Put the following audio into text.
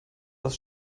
das